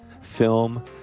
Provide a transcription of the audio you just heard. film